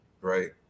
right